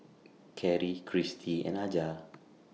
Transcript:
Karri Cristy and Aja